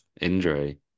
injury